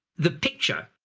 the picture,